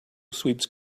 sweeps